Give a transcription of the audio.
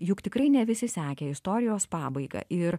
juk tikrai ne visi sekė istorijos pabaigą ir